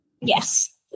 yes